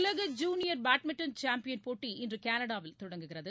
உலக junior badminton champion போட்டி இன்று கனடாவில் தொடங்குகிறது